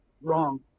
wrong